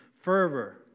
fervor